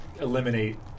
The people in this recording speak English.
eliminate